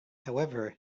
however